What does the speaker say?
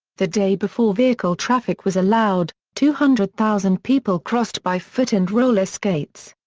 the day before vehicle traffic was allowed, two hundred thousand people crossed by foot and roller skates.